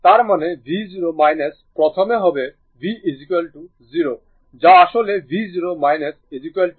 তার মানে v0 প্রথমে হবে v 0 যা আসলে v0 0 ভোল্ট